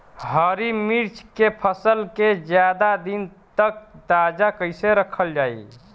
हरि मिर्च के फसल के ज्यादा दिन तक ताजा कइसे रखल जाई?